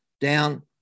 down